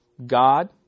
God